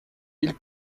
ils